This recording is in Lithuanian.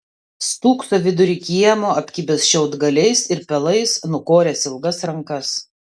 stūkso vidury kiemo apkibęs šiaudgaliais ir pelais nukoręs ilgas rankas